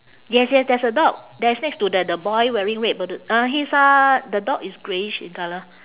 yes yes there's a dog that's next to the the boy wearing red b~ uh he's uh the dog is greyish in colour